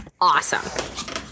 awesome